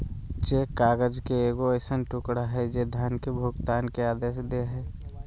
cheque काग़ज़ के एगो ऐसन टुकड़ा हइ जे धन के भुगतान के आदेश दे हइ